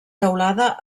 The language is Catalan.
teulada